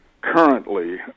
currently